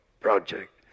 project